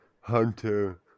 Hunter